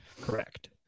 correct